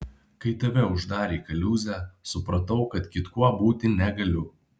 kai tave uždarė į kaliūzę supratau kad kitkuo būti negaliu